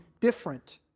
different